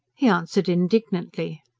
he answered indignantly.